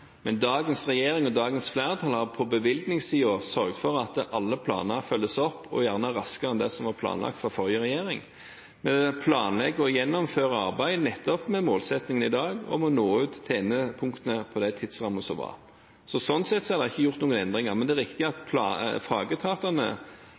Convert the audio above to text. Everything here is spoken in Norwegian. men dagens regjering og dagens flertall har på bevilgningssiden sørget for at alle planer følges opp, og gjerne raskere enn det som var planlagt fra forrige regjering. En planlegger å gjennomføre arbeidet nettopp med målsettingen i dag om å nå ut til endepunktene innenfor de tidsrammer som er satt. Sånn sett er det ikke gjort noen endringer, men det er riktig at